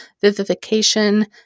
vivification